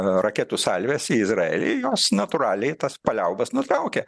raketų salvės į izraelį jos natūraliai tas paliaubas nutraukė